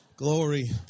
Glory